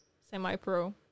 semi-pro